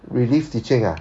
relief teaching ah